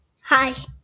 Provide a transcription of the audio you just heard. Hi